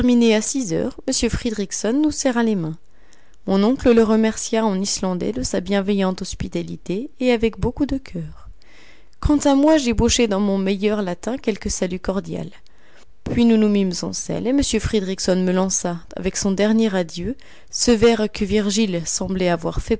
à six heures m fridriksson nous serra les mains mon oncle le remercia en islandais de sa bienveillante hospitalité et avec beaucoup de coeur quant à moi j'ébauchai dans mon meilleur latin quelque salut cordial puis nous nous mîmes en selle et m fridriksson me lança avec son dernier adieu ce vers que virgile semblait avoir fait